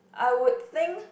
I would think